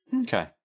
Okay